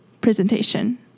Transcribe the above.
presentation